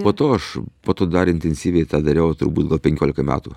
po to aš po to dar intensyviai tą dariau turbūt gal penkiolika metų